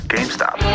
GameStop